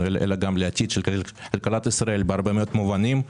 אלא גם לעתיד של כלכלת ישראל בהרבה מאוד מובנים.